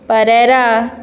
Pereira